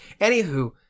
Anywho